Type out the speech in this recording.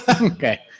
Okay